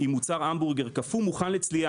עם מוצר המבורגר קפוא מוכן לצלייה.